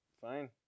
Fine